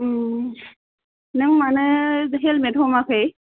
ओम नों मानो हेलमेट हमाखै